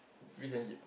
fish and chip